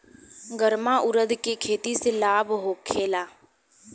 गर्मा उरद के खेती से लाभ होखे ला?